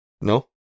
No